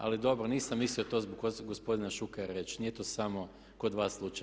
Ali dobro, nisam mislio to zbog gospodina Šukera reći, nije to samo kod vas slučaj.